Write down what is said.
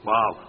Wow